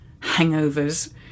Hangovers